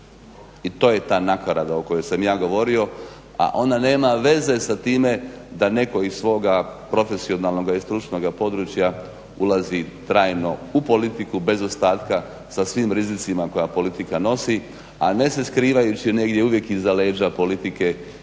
I to je ta nakarada o kojoj sam ja govorio, a ona nema veze sa time da netko iz svoga profesionalnog i stručnog područja ulazi trajno u politiku, bez ostatka, sa svim rizicima koje politika nosi, a ne se skrivajući negdje uvijek iza leđa politike i